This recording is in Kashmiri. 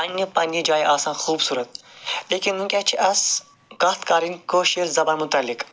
پَنٛنہِ پَنٛنہِ جایہِ آسان خوٗبصوٗرَت لیکِن وٕنۍکٮ۪س چھِ اَس کَتھ کَرٕنۍ کٲشٕر زبانہِ مُتعلق